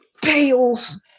Tails